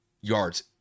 yards